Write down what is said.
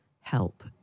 help